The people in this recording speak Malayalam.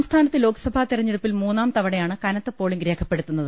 സംസ്ഥാനത്ത് ലോക്സഭാ തെരഞ്ഞെടുപ്പിൽ മൂന്നാംതവണയാണ് കനത്ത പോളിങ് രേഖപ്പെടുത്തുന്നത്